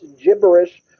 gibberish